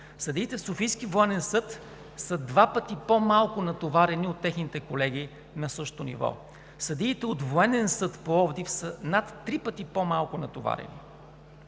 съдиите в Софийския военен съд са два пъти по-малко натоварени от техните колеги на същото ниво; съдиите от Военен съд – Пловдив, са над три пъти по-малко натоварени.